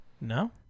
No